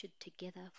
together